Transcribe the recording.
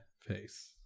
face